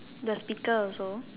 the speaker also